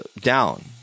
down